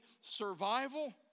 survival